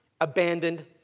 abandoned